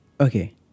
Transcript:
Okay